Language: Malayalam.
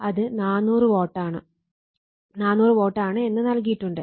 അത് 400 വാട്ട് ആണ് എന്ന് നൽകിയിട്ടുണ്ട്